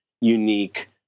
unique